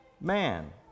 man